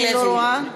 אני לא רואה.